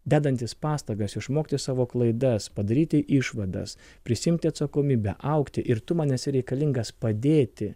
dedantys pastangas išmokti savo klaidas padaryti išvadas prisiimti atsakomybę augti ir tu man esi reikalingas padėti